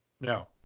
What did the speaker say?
No